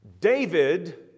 David